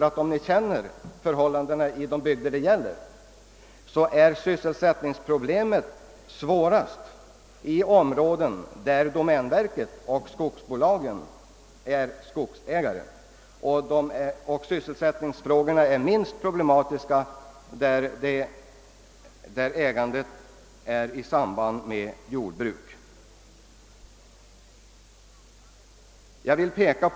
Den som känner förhållandena i de bygder det gäller här vet att sysselsättningsproblemet är svårast i områden där domänverket och skogsbolagen är de största skogsägarna och att sysselsättningen är minst problematisk där de privata skogsägarna är den största ägargruppen ofta i kombination med jordbruk.